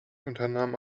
unternahm